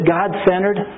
God-centered